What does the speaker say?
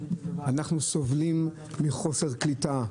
אנחנו סובלים מחוסר קליטה,